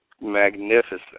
magnificent